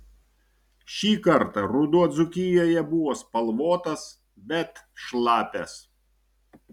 šį kartą ruduo dzūkijoje buvo spalvotas bet šlapias